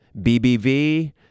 BBV